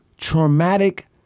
traumatic